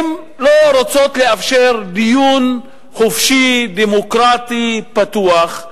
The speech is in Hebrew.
הן לא רוצות לאפשר דיון חופשי, דמוקרטי פתוח,